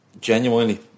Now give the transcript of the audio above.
Genuinely